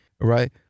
right